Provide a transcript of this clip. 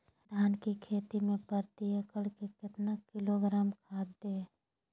धान की खेती में प्रति एकड़ में कितना किलोग्राम खाद दे?